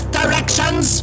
directions